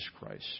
Christ